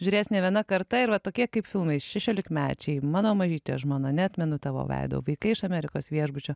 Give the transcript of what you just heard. žiūrės ne viena karta ir va tokie kaip filmai šešiolikmečiai mano mažytė žmona neatmenu tavo veido vaikai iš amerikos viešbučio